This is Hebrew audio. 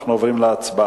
אנחנו עוברים להצבעה.